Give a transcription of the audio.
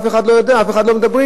את זה אף אחד לא יודע, לא מדברים.